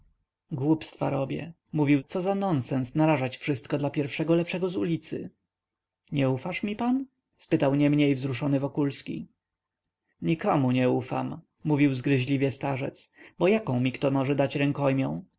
głupstwa robię mruczał co za nonsens narażać wszystko dla pierwszego lepszego z ulicy nie ufasz mi pan spytał niemniej wzruszony wokulski nikomu nie ufam mówił zgryźliwie starzec bo jaką mi dać kto może rękojmią